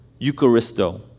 Eucharisto